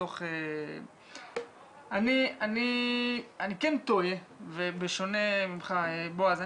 אני כן תוהה, ובשונה ממך, בועז,